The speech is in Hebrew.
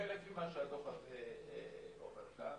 ולפי מה שהדוח הזה אומר כאן,